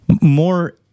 more